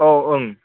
औ ओं